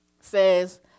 says